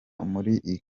muri